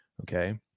okay